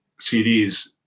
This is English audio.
CDs